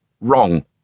Wrong